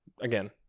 again